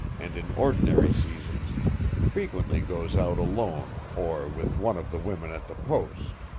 and in ordinary seasons frequently goes out alone or with one of the women at the post.